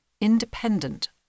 independent